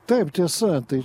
taip tiesa tai